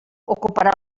ocuparà